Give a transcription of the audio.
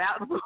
out